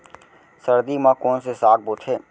सर्दी मा कोन से साग बोथे?